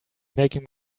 making